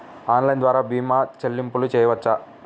Online ద్వార భీమా చెల్లింపులు చేయవచ్చా?